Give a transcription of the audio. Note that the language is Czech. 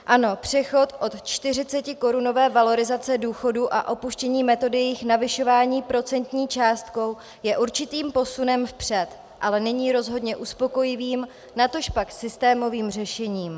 Ano, přechod od čtyřicetikorunové valorizace důchodů a opuštění metody jejich navyšování procentní částkou je určitým posunem vpřed, ale není rozhodně uspokojivým, natožpak systémovým řešením.